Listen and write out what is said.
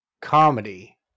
comedy